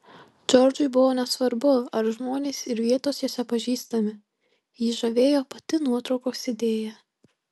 džordžui buvo nesvarbu ar žmonės ir vietos jose pažįstami jį žavėjo pati nuotraukos idėja